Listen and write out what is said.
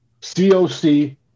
COC